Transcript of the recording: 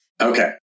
Okay